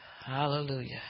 Hallelujah